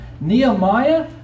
Nehemiah